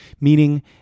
meaning